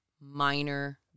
minor